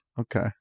Okay